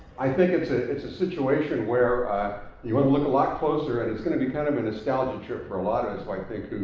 i think it's a it's a situation where you want to look a lot closer and it's going to be kind of a nostalgia trip for a lot of us, i like think,